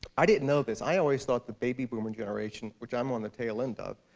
i didn't know this. i always thought the baby boomer generation, which i'm on the tail end of,